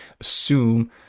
assume